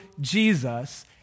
Jesus